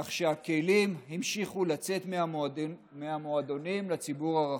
כך שהכלים המשיכו לצאת מהמועדונים לציבור הרחב.